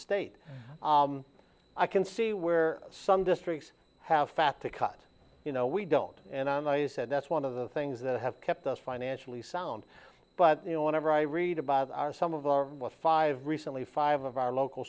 state i can see where some districts have fast to cut you know we don't and i said that's one of the things that have kept us financially sound but you know whenever i read about some of the five recently five of our local